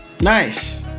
Nice